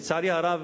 לצערי הרב,